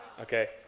Okay